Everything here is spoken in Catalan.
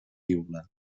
piula